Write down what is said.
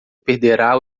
perderá